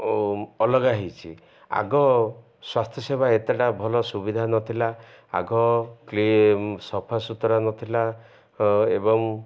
ଓ ଅଲଗା ହୋଇଛି ଆଗ ସ୍ୱାସ୍ଥ୍ୟ ସେବା ଏତେଟା ଭଲ ସୁବିଧା ନଥିଲା ଆଗଲି ସଫା ସୁତୁରା ନଥିଲା ଏବଂ